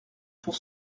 pour